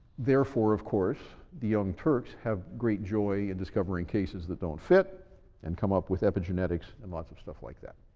therefore, of course, the young turks have great joy in discovering cases that don't fit and come up with epigenetics and lots of stuff like that.